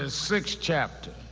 ah sixth chapter.